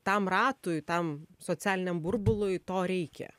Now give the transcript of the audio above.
tam ratui tam socialiniam burbului to reikia